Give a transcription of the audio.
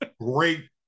Great